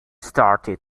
started